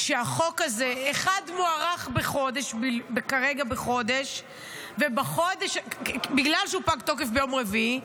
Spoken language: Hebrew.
שהחוק הזה מוארך כרגע בחודש בגלל שהוא פג תוקף ביום רביעי,